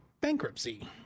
bankruptcy